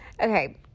Okay